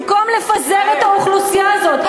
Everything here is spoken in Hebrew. במקום לפזר את האוכלוסייה הזאת,